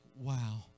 wow